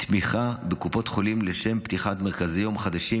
תמיכה בקופות חולים לשם פתיחת מרכזי יום חדשים